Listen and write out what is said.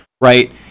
right